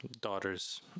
daughter's